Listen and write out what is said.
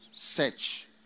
Search